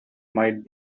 might